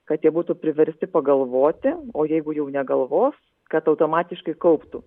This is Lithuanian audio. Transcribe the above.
kad jie būtų priversti pagalvoti o jeigu jau negalvos kad automatiškai kauptų